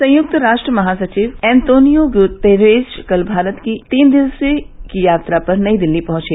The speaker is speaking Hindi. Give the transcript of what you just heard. संयुक्त राष्ट्र महासचिव एंतोनियो गुतेरस कल भारत की तीन दिन की यात्रा पर नई दिल्ली पहुंचे